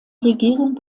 regierung